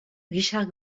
richard